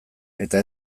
eta